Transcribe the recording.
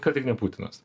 kad tik ne putinas